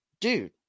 dude